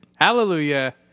hallelujah